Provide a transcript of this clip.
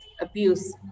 abuse